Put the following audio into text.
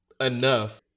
enough